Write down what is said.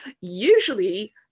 usually